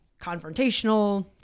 confrontational